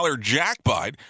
jackpot